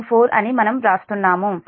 4 అని మనం వ్రాస్తున్నాము మరియు మీ 1p